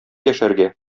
яшәргә